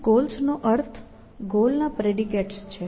અહીં ગોલ્સ નો અર્થ ગોલ ના પ્રેડિકેટસ છે